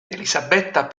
elisabetta